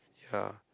ya